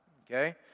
okay